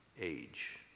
age